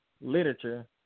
literature